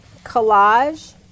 collage